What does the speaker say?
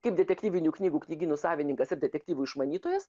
kaip detektyvinių knygų knygynų savininkas ir detektyvų išmanytojas